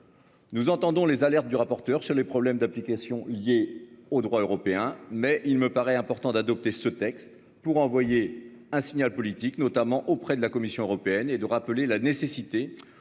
Nous entendons les alertes du rapporteur sur les problèmes d'application, liées au droit européen mais il me paraît important d'adopter ce texte pour envoyer un signal politique notamment auprès de la Commission européenne et de rappeler la nécessité